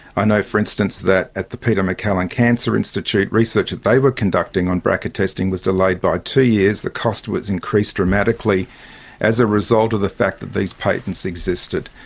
i know for instance that at the peter mccallum cancer institute, research that they were conducting on brca testing was delayed by two years, the cost was increased dramatically as a result of the fact that these patents existed.